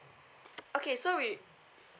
okay so we